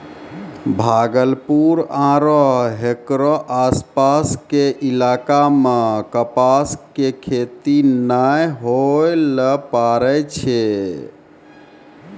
भागलपुर आरो हेकरो आसपास के इलाका मॅ कपास के खेती नाय होय ल पारै छै